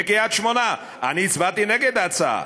בקריית-שמונה: אני הצבעתי נגד ההצעה,